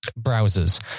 browsers